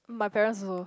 my parents also